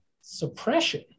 suppression